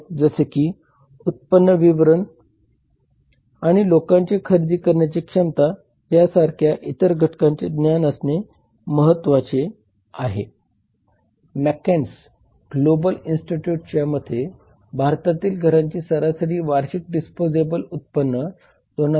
म्हणून कोणते कायदे येणार आहेत किंवा मंजूर केले जाणार आहेत आणि त्याचा आपल्या व्यवसायावर कसा परिणाम होईल याविषयी आपण जागरूक असले पाहिजे